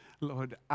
Lord